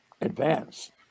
advance